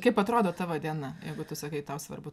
kaip atrodo tavo diena jeigu tu sakai tau svarbu